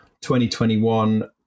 2021